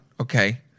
okay